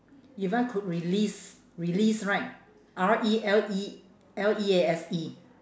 if I could release release right R E L E L E A S E